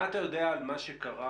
מה אתה יודע על מה שקרה,